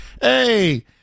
hey